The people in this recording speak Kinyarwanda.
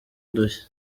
udushya